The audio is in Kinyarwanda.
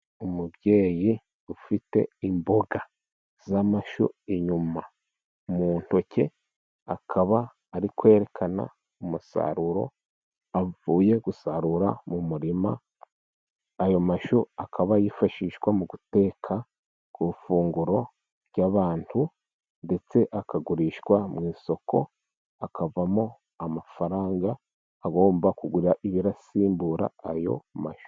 Umubyeyi ufite imboga z'amashu inyuma mu ntoki. Akaba ari kwerekana umusaruro avuye gusarura mu murima. Ayo mashu akaba yifashishwa mu guteka ku ifunguro ry'abantu, ndetse akagurishwa mu isoko akavamo amafaranga, agomba kugura ibisimbura ayo mashu.